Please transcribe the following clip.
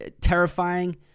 terrifying